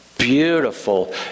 beautiful